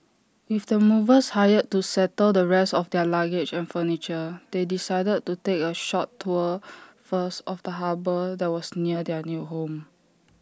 with the movers hired to settle the rest of their luggage and furniture they decided to take A short tour first of the harbour that was near their new home